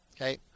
Okay